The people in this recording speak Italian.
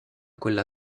quella